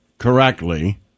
correctly